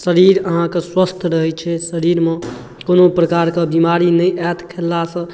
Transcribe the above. शरीर अहाँके स्वस्थ रहै छै शरीरमे कोनो प्रकारके बीमारी नहि आयत खेललासँ